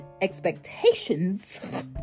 expectations